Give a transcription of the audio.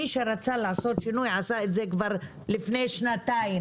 מי שרצה לעשות שינוי עשה את זה כבר לפני שנתיים.